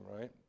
right